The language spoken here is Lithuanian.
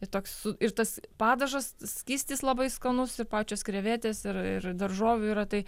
ir toks ir tas padažas skystis labai skanus ir pačios krevetės ir daržovių yra tai